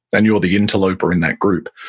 then you're the interloper in that group.